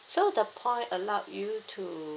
so the point allowed you to